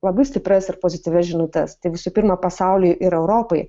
labai stiprias ir pozityvias žinutes tai visų pirma pasauliui ir europai